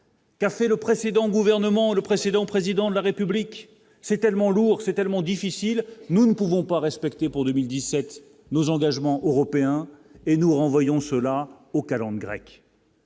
Car fait le précédent gouvernement, le précédent président de la République, c'est tellement lourd, c'est tellement difficile, nous ne pouvons pas respecté pour 2017 nos engagements européens et nous renvoyons cela aux calendes